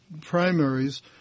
primaries